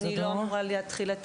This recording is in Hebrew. אני לא אמורה להתחיל.